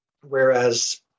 Whereas